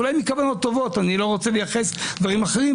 ואולי מכוונות טובות אני לא רוצה לייחס דברים אחרים.